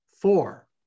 Four